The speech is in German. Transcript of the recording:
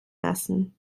lassen